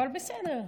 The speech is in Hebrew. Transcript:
אבל בסדר.